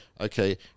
okay